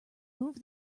move